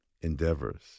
endeavors